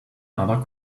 other